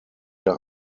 der